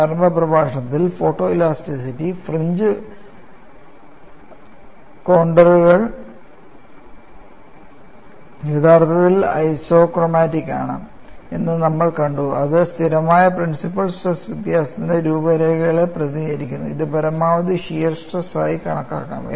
പ്രാരംഭ പ്രഭാഷണത്തിൽ photoelasticity fringe കോൺണ്ടറുകൾ യഥാർത്ഥത്തിൽ ഐസോക്രോമാറ്റിക്സാണ് എന്ന് നമ്മൾ കണ്ടു അത് സ്ഥിരമായ പ്രിൻസിപ്പൽ സ്ട്രെസ് വ്യത്യാസത്തിന്റെ രൂപരേഖകളെ പ്രതിനിധീകരിക്കുന്നു ഇത് പരമാവധി ഷിയർ സ്ട്രെസ് ആയി കണക്കാക്കാം